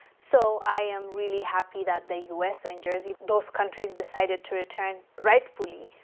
so i am really happy that the u s. and jersey, those countries decided to return, rightfully,